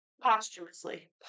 Posthumously